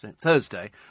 Thursday